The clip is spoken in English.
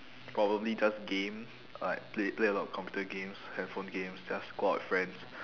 probably just game like play play a lot of computer games handphone games just go out with friends